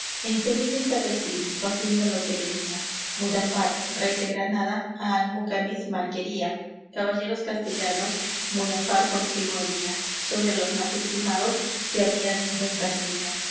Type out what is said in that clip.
en sevilla estaba el cid faciendo á lo que venía mudafar rey de granada á almucanis mal quería caballeros castellanos mudafar consigo había son de los más estimados que había dentro en castilla